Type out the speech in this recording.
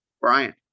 Brian